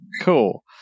Cool